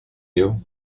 you